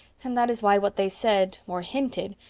and that is why what they said, or hinted,